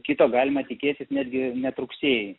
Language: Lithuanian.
kito galima tikėtis netgi net rugsėjį